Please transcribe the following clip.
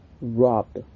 robbed